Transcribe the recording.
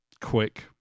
quick